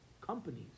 companies